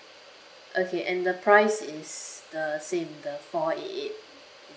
okay and the price is the same the four eight eight